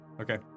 okay